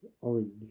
orange